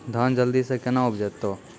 धान जल्दी से के ना उपज तो?